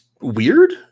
weird